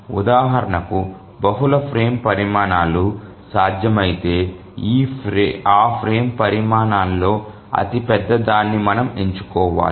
ఉదాహరణకు బహుళ ఫ్రేమ్ పరిమాణాలు సాధ్యమైతే ఆ ఫ్రేమ్ పరిమాణాలలో అతి పెద్దదాన్ని మనం ఎంచుకోవాలి